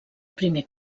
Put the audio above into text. primer